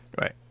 Right